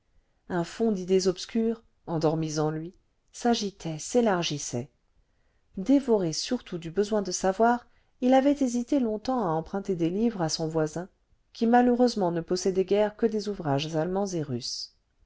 un fonds d'idées obscures endormies en lui s'agitait s'élargissait dévoré surtout du besoin de savoir il avait hésité longtemps à emprunter des livres à son voisin qui malheureusement ne possédait guère que des ouvrages allemands et russes